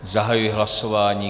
Zahajuji hlasování.